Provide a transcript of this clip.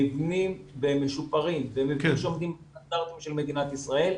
מבנים משופרים ומבנים שעומדים בסטנדרטים של מדינת ישראל.